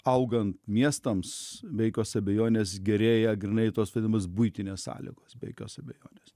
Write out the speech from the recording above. augant miestams be jokios abejonės gerėja grynai tos vadinamos buitinės sąlygos be jokios abejonės